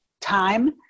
time